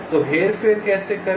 तो हेरफेर कैसे करें